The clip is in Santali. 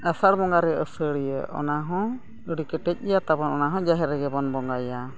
ᱟᱥᱟᱲ ᱵᱚᱸᱜᱟ ᱨᱮ ᱟᱹᱥᱟᱹᱲᱤᱭᱟᱹ ᱚᱱᱟ ᱦᱚᱸ ᱟᱹᱰᱤ ᱠᱮᱴᱮᱡ ᱜᱮᱭᱟ ᱛᱟᱵᱚᱱ ᱚᱱᱟ ᱦᱚᱸ ᱡᱟᱦᱮᱨ ᱨᱮᱜᱮ ᱵᱚᱱ ᱵᱚᱸᱜᱟᱭᱟ